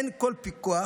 אין כל פיקוח,